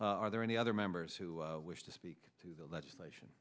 are there any other members who wish to speak to the legislation